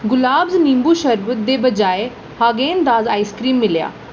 गुलाबज़ नीम्बू शरबत दे बजाए हागेन दाज आइसक्रीम मिलेआ